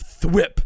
thwip